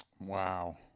Wow